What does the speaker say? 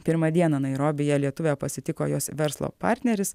pirmą dieną nairobyje lietuvę pasitiko jos verslo partneris